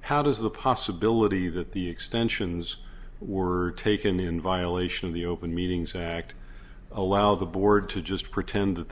how does the possibility that the extensions were taken in violation of the open meetings act allowed the board to just pretend that